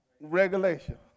regulation